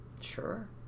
Sure